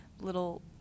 little